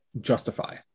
justify